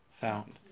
sound